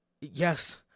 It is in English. Yes